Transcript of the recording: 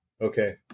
okay